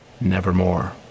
Nevermore